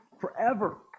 forever